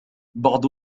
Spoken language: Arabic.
بعض